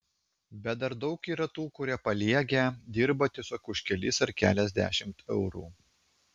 bet dar daug yra tų kurie paliegę dirba tiesiog už kelis ar keliasdešimt eurų